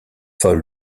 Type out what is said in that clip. folle